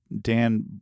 Dan